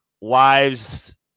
wives